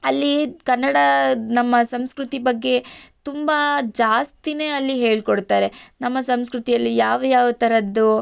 ಅಲ್ಲಿ ಕನ್ನಡ ನಮ್ಮ ಸಂಸ್ಕೃತಿ ಬಗ್ಗೆ ತುಂಬ ಜಾಸ್ತಿ ಅಲ್ಲಿ ಹೇಳ್ಕೊಡ್ತಾರೆ ನಮ್ಮ ಸಂಸ್ಕೃತಿಯಲ್ಲಿ ಯಾವ್ಯಾವ ಥರದ್ದು